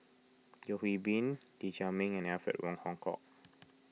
Yeo Hwee Bin Lee Chiaw Meng and Alfred Wong Hong Kwok